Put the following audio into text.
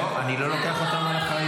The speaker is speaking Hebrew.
לא, אני לא לוקח אותם על אחריותי.